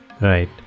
Right